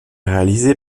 réalisé